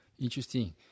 interesting